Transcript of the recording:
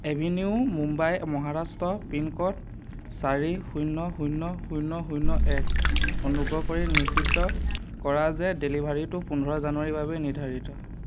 Avenue Mumbai Maharashtra pincode চাৰি শূন্য শূন্য শূন্য শূন্য এক অনুগ্ৰহ কৰি নিশ্চিত কৰা যে ডেলিভাৰীটো পোন্ধৰ জানুৱাৰীৰ বাবে নিৰ্ধাৰিত